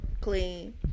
clean